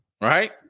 right